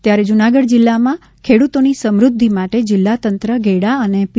ત્યારે જૂનાગઢ જિલ્લામાં ખેડૂતોની સમ્રધ્ધિ માટે જિલ્લા તંત્ર ગેડા અને પી